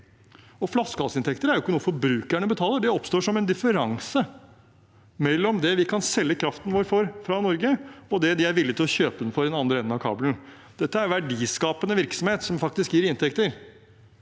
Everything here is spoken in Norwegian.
Flaskehalsinntekter er jo ikke noe forbrukerne betaler. Det oppstår som en differanse mellom det vi kan selge kraften vår for fra Norge, og det de er villig til å kjøpe den for i den andre enden av kabelen. Dette er verdiskapende virksomhet som gir inntekter,